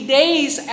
days